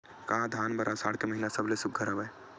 का धान बर आषाढ़ के महिना सबले सुघ्घर हवय?